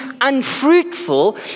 unfruitful